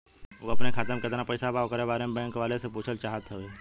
उ अपने खाते में कितना पैसा बा ओकरा बारे में बैंक वालें से पुछल चाहत हवे?